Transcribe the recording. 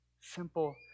Simple